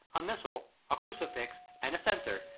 a missal, a crucifix and a censer,